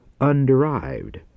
underived